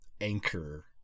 anchor